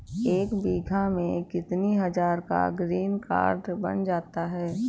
एक बीघा में कितनी हज़ार का ग्रीनकार्ड बन जाता है?